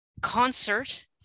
concert